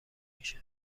میشه